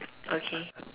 okay